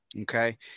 okay